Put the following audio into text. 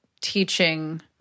teaching